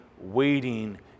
waiting